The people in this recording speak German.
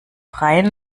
freien